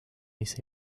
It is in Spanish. ese